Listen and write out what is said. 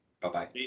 bye-bye